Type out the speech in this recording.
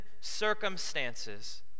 circumstances